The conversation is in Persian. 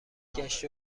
گشت